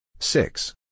Six